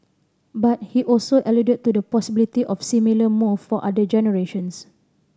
but he also alluded to the possibility of similar move for other generations